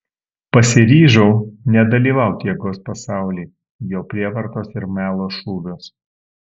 pasiryžau nedalyvaut jėgos pasauly jo prievartos ir melo šūviuos